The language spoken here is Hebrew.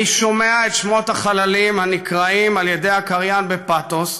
אני שומע את שמות החללים הנקראים על ידי הקריין בפתוס,